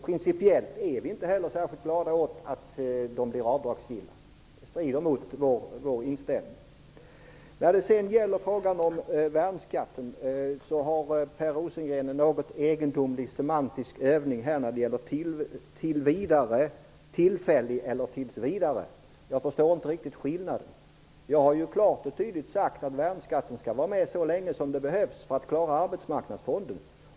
Principiellt är inte vi heller särskilt glada åt att de blir avdragsgilla. Det strider mot vår inställning. I frågan om värnskatten har Per Rosengren en något egendomlig semantisk övning när det gäller "tills vidare" eller "tillfällig". Jag förstår inte skillnaden. Jag har ju klart och tydligt sagt att värnskatten skall finnas med så länge som det behövs för att klara Arbetsmarknadsfonden.